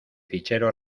fichero